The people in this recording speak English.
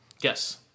Yes